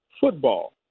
football